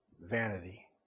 vanity